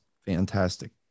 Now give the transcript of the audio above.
Fantastic